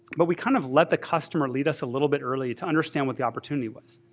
but we kind of let the customer lead us a little bit early to understand what the opportunity was.